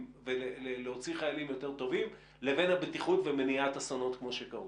ולהוציא חיילים יותר טובים לבין הבטיחות מניעת אסונות כמו שקרו?